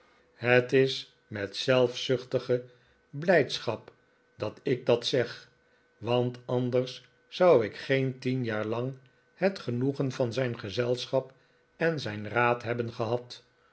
het is met zelfzuchtige blijdschap dat ik dat zeg want anders zou ik geen tien jaar lang het genoegen van zijn gezelschap en zijn raad hebben gehad